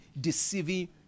deceiving